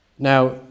Now